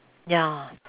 ya